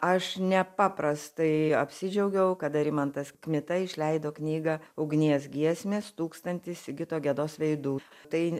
aš nepaprastai apsidžiaugiau kada rimantas kmita išleido knygą ugnies giesmes tūkstantis sigito gedos veidų tai